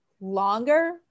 longer